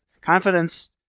confidence